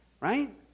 right